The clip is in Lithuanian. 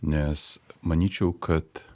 nes manyčiau kad